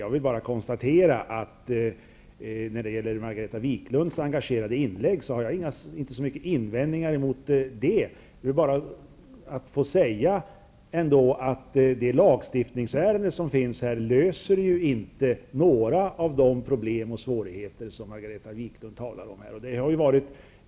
Jag har inte heller mycket att invända mot Margareta Viklunds engagerade inlägg, men jag vill ändå säga att det här lagstiftningsärendet inte undanröjer några av de problem och svårigheter som Margareta Viklund talar om.